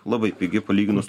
labai pigi palyginus